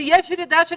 שיש ירידה של